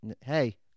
Hey